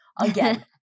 again